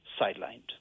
sidelined